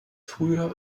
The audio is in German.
früher